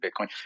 Bitcoin